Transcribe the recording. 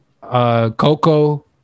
Coco